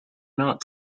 not